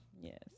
Yes